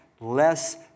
less